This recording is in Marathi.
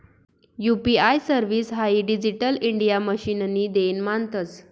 यू.पी.आय सर्विस हाई डिजिटल इंडिया मिशननी देन मानतंस